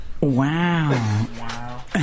Wow